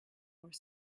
more